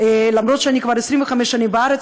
למרות שאני כבר 25 שנים בארץ,